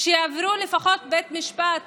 שיעברו לפחות בית משפט